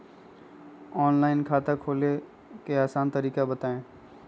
Online खाता खोले के आसान तरीका बताए?